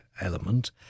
element